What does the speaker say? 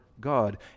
God